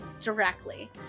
directly